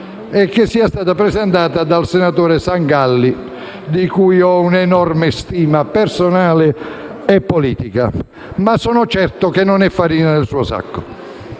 è che sia stato presentato dal senatore Sangalli, di cui ho un'enorme stima personale e politica, ma sono certo che non è farina del suo sacco.